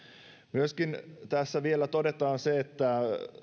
myöskin tässä vielä todetaan se että